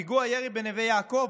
פיגוע ירי בנווה יעקב,